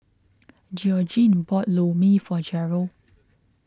Georgene bought Lor Mee for Gerold